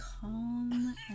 calm